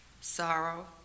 sorrow